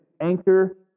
anchor